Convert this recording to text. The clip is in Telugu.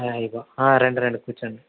రండి రండి కూర్చోండి